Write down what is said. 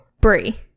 Brie